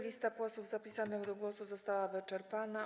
Lista posłów zapisanych do głosu została wyczerpana.